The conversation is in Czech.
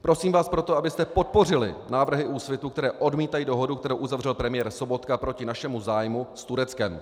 Prosím vás proto, abyste podpořili návrhy Úsvitu, které odmítají dohodu, kterou uzavřel premiér Sobotka proti našemu zájmu s Tureckem.